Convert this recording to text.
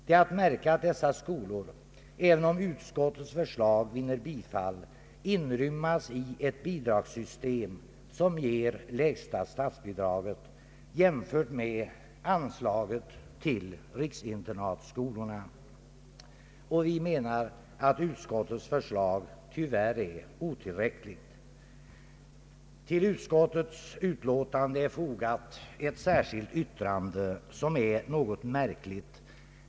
Det är att märka att dessa skolor, även om utskottets förslag vinner bifall, inryms i ett bidragssystem som ger lägsta statsbidraget jämfört med anslaget till riksinternatskolorna. Vi anser att utskottets förslag tyvärr är otillräckligt. Till utskottets utlåtande är fogat ett särskilt yttrande, som är något märkligt.